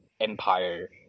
empire